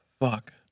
Fuck